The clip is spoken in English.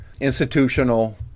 institutional